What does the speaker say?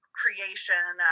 creation